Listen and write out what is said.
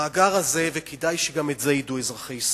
במאגר הזה, וכדאי שגם את זה ידעו אזרחי ישראל,